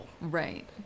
Right